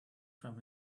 from